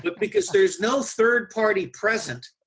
but because there is no third party present,